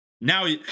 Now